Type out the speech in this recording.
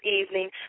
evening